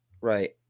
right